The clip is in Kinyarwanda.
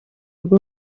rwo